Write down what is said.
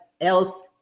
else